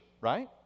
right